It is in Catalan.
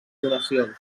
donacions